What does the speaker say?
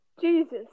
Jesus